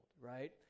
right